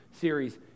series